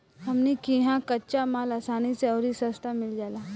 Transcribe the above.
हमनी किहा कच्चा माल असानी से अउरी सस्ता मिल जाला